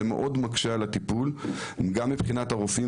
זה מאוד מקשה על הטיפול, גם מבחינת הרופאים.